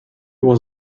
was